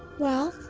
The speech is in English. well,